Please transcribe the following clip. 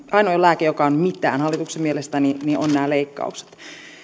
ainoa lääke joka on mitään hallituksen mielestä ovat nämä leikkaukset